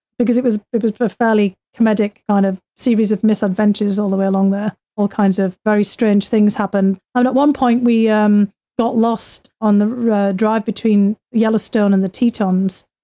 because it was it was but a fairly comedic kind of series of misadventures all the way along there. all kinds of very strange things happen and at one point, we um got lost on the drive between yellowstone and the tetons.